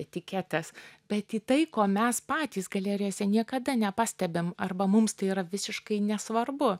etiketes bet į tai ko mes patys galerijose niekada nepastebim arba mums tai yra visiškai nesvarbu